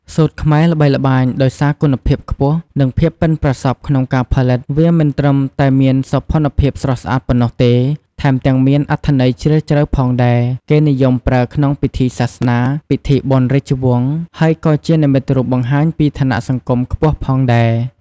សូត្រខ្មែរល្បីល្បាញដោយសារគុណភាពខ្ពស់ និងភាពប៉ិនប្រសប់ក្នុងការផលិត វាមិនត្រឹមតែមានសោភ័ណភាពស្រស់ស្អាតប៉ុណ្ណោះទេ ថែមទាំងមានអត្ថន័យជ្រាលជ្រៅផងដែរ គេនិយមប្រើក្នុងពិធីសាសនា ពិធីបុណ្យរាជវង្ស ហើយក៏ជានិមិត្តរូបបង្ហាញពីឋានៈសង្គមខ្ពស់ផងដែរ។